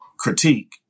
Critique